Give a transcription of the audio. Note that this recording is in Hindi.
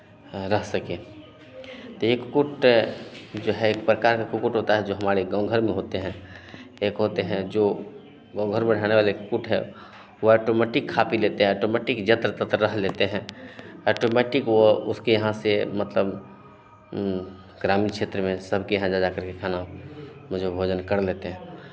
रह सकें तो ये कुक्कुट जो है एक प्रकार का कुक्कुट होता है जो हमारे गाँव घर में होते हैं एक होते हैं जो गाँव घर में रहने वाले कुक्कुट है वो ऑटोमेटिक खा पी लेते हैं ऑटोमेटिक यत्र तत्र रह लेते हैं ऑटोमेटिक वो उसके यहाँ से मतलब ग्रामीण क्षेत्र में सबके यहाँ जा जा करके खाना वो जो भोजन कर लेते हैं